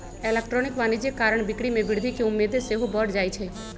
electronic वाणिज्य कारण बिक्री में वृद्धि केँ उम्मेद सेहो बढ़ जाइ छइ